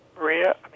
Maria